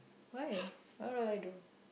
why what would I do